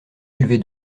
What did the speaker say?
élevé